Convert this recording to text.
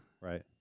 right